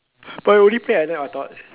but you already play I thought